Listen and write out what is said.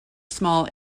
small